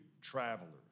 travelers